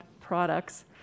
products